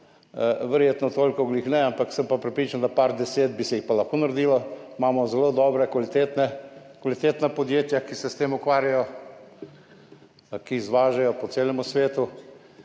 verjetno toliko ravno ne, ampak sem pa prepričan, da par deset bi se jih pa lahko naredilo. Imamo zelo dobra, kvalitetna podjetja, ki se s tem ukvarjajo, ki izvažajo po celem svetu,